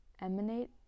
emanate